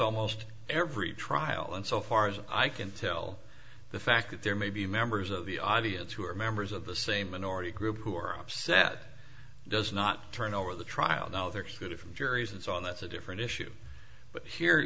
almost every trial and so far as i can tell the fact that there may be members of the audience who are members of the same minority group who are upset does not turn over the trial now they're excluded from juries and so on that's a different issue but here